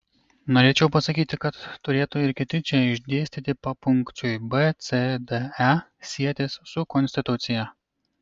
nenorėčiau pasakyti kad turėtų ir kiti čia išdėstyti papunkčiui b c d e sietis su konstitucija